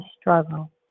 struggle